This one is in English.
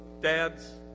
Dad's